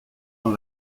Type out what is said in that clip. dans